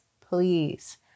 Please